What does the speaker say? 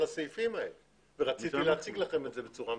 הסעיפים האלה שרציתי להציג לכם בצורה מסודרת.